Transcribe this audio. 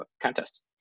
contest